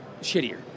shittier